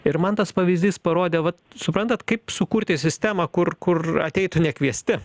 ir man tas pavyzdys parodė vat suprantat kaip sukurti sistemą kur kur ateitų nekviesti